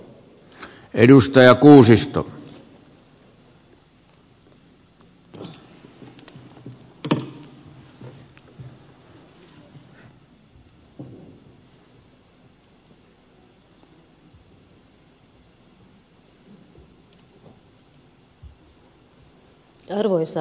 arvoisa puhemies